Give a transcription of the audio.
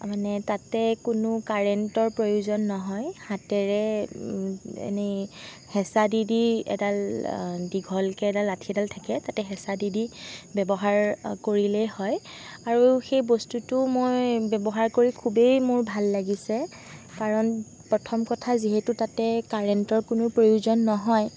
মানে তাতে কোনো কাৰেণ্টৰ প্ৰয়োজন নহয় হাতেৰে এনেই হেঁচা দি দি এডাল দীঘলকৈ এডাল লাঠি এডাল থাকে তাতে হেঁচা দি দি ব্যৱহাৰ কৰিলেই হয় আৰু সেই বস্তুটো মই ব্যৱহাৰ কৰি খুবেই মোৰ ভাল লাগিছে কাৰণ প্ৰথম কথা যিহেতু তাতে কাৰেণ্টৰ কোনো প্ৰয়োজন নহয়